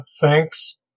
Thanks